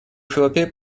эфиопии